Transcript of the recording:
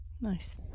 Nice